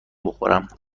بخورم